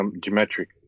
geometric